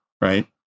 right